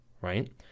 right